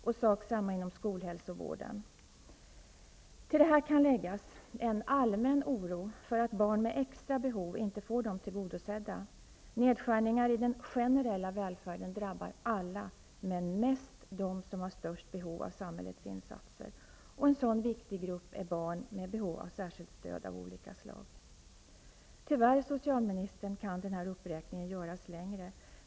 Och sak samma är det inom skolhälsovården. Till detta kan läggas en allmän oro för att barn med extra behov inte får dem tillgodosedda. Nedskärningar i den generella välfärden drabbar alla, men mest dem som har störst behov av samhällets insatser. Och en sådan viktig grupp är barn med behov av särskilt stöd av olika slag. Tyvärr, socialministern, kan den här uppräkningen göras längre.